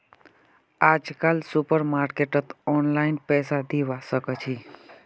आजकल सुपरमार्केटत ऑनलाइन पैसा दिबा साकाछि